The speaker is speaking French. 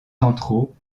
centraux